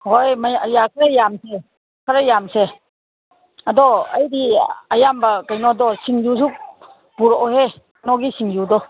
ꯍꯣꯏ ꯈꯔ ꯌꯥꯝꯁꯦ ꯈꯔ ꯌꯥꯝꯁꯦ ꯑꯗꯣ ꯑꯩꯗꯤ ꯑꯌꯥꯝꯕ ꯀꯩꯅꯣꯗꯣ ꯁꯤꯡꯖꯨꯁꯨ ꯄꯨꯔꯛꯑꯣꯍꯦ ꯀꯩꯅꯣꯒꯤ ꯁꯤꯡꯖꯨꯗꯣ